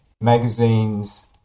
magazines